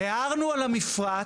הערנו על המפרט.